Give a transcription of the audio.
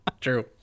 True